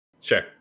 sure